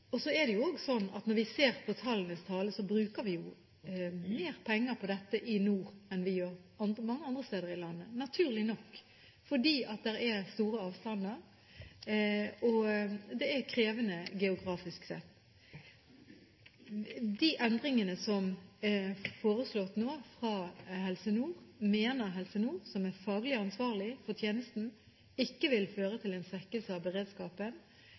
Så er det også sånn at når vi ser på tallenes tale, bruker vi jo mer penger på dette i nord enn vi gjør mange andre steder i landet, naturlig nok, fordi det er store avstander og krevende geografisk sett. De endringene som nå er foreslått fra Helse Nord, mener Helse Nord, som er faglig ansvarlig for tjenesten, ikke vil føre til en svekkelse av beredskapen.